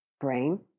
brain